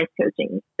coaching